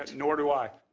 nor do i.